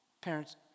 parents